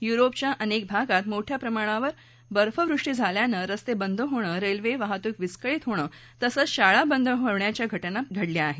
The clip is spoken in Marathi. युरोपच्या अनेक भागात मोठ्या प्रमाणात बर्फनृष्टी झाल्यान रस्ते बंद होण रेल्वे वाहतूक विस्कळत होण तसंच शाळा बंद ठेवण्याच्या घटना घडल्या आहेत